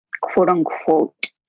quote-unquote